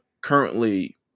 currently